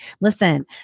listen